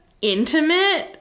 intimate